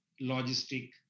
logistic